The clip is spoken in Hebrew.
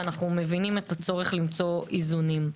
אנו מבינים את הצורך למצוא איזונים.